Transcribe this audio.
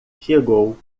chegou